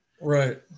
Right